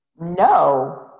No